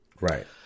right